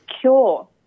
cure